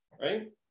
right